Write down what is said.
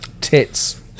Tits